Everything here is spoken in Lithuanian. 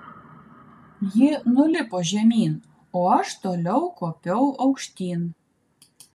ji nulipo žemyn o aš toliau kopiau aukštyn